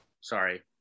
sorry